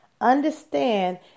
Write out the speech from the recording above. understand